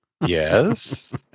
Yes